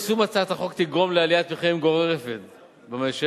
יישום הצעת החוק יגרום לעליית מחירים גורפת במשק,